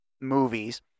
movies